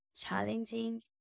challenging